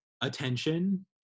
attention